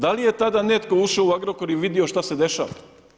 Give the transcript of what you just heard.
Da li je tada netko ušao u Agrokor i vidio šta se dešava?